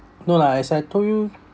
no lah as I told you